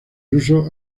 ruso